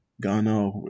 Ghana